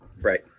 right